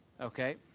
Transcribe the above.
Okay